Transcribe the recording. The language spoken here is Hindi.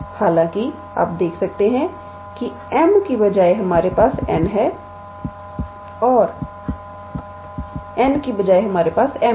हालाँकि आप देख सकते हैं कि m के बजाय हमारे पास n है और n के बजाय हमारे पास m है